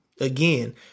again